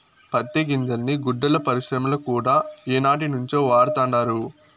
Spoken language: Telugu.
పత్తి గింజల్ని గుడ్డల పరిశ్రమల కూడా ఏనాటినుంచో వాడతండారు